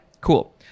cool